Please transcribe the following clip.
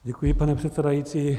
Děkuji, pane předsedající.